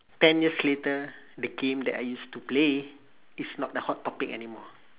ten years later the game that I used to play is not the hot topic anymore